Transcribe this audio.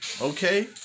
okay